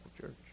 Church